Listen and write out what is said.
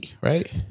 right